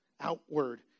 outward